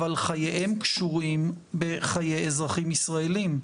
אבל, חייהם קשורים בחיי אזרחים ישראלים.